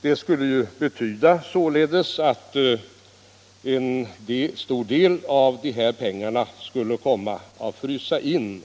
Det kan således betyda att en stor del av de här pengarna skulle komma att frysa in.